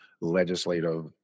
legislative